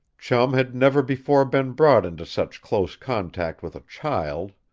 chum had never before been brought into such close contact with a child.